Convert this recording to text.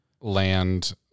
land